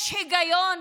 יש היגיון?